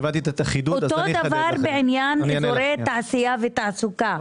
כנ"ל בעניין אזורי תעשייה ותעסוקה.